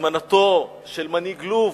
להזמנתו של מנהיג לוב,